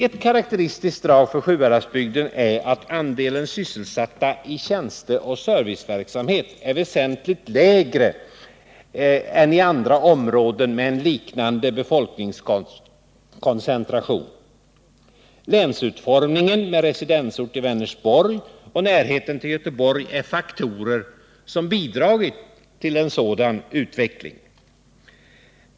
Eu karakteristiskt drag för Sjuhäradsbygden är att andelen sysselsatta i tjänsteoch serviceverksamhet är väsentligt lägre än i andra områden med en liknande befolkningskoncentration. Länsutformningen med residensort i Vänersborg och närheten till Göteborg har bidragit till en sådan utveckling.